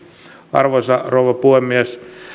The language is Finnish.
arvoisa rouva puhemies